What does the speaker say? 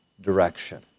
direction